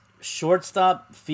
Shortstop